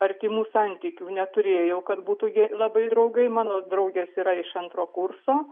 artimų santykių neturėjau kad būtų ge labai draugai mano draugės yra iš antro kurso